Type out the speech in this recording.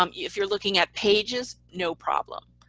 um if you're looking at pages, no problem.